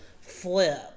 flip